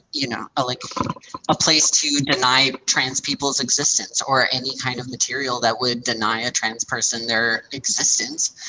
you know ah like a place to deny trans people's existence or any kind of material that would deny a trans person their existence.